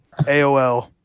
AOL